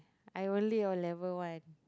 I only O-level one